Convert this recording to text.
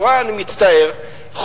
אני מצטער נורא,